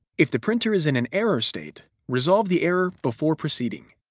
if the printer is in an error state, resolve the error before proceeding.